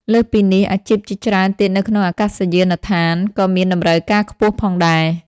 លើសពីនេះ អាជីពជាច្រើនទៀតនៅក្នងអាកាសយានដ្ឋានក៏មានតម្រូវការខ្ពស់ផងដែរ។